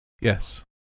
Yes